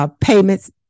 payments